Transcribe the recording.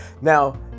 Now